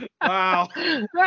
Wow